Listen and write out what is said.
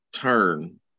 Turn